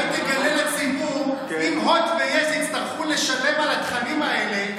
אולי תגלה לציבור: אם הוט ויס יצטרכו לשלם על התכנים האלה,